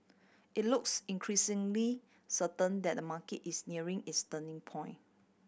it looks increasingly certain that the market is nearing its turning point